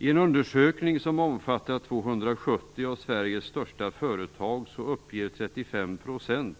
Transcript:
I en undersökning som omfattar 270 av Sveriges största företag uppger 35 %